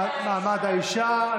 מעמד האישה.